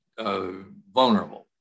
vulnerable